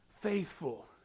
faithful